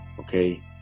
okay